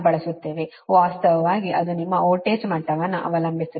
ವಾಸ್ತವವಾಗಿ ಅದು ನಿಮ್ಮ ವೋಲ್ಟೇಜ್ ಮಟ್ಟವನ್ನು ಅವಲಂಬಿಸಿರುತ್ತದೆ